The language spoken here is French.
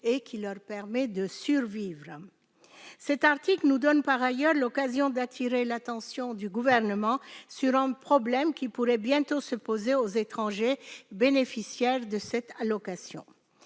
et qui leur permet de survivre. Cet article nous donne par ailleurs l'occasion d'appeler l'attention du Gouvernement sur un problème qui pourrait bientôt se poser aux étrangers bénéficiaires de cette allocation.